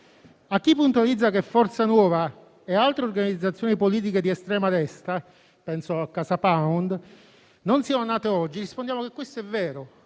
A chi puntualizza che Forza Nuova e altre organizzazioni politiche di estrema destra (penso a CasaPound) non siano nate oggi, rispondiamo che questo è vero,